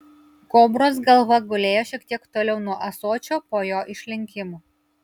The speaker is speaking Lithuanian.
kobros galva gulėjo šiek tiek toliau nuo ąsočio po jo išlinkimu